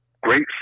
great